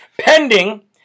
pending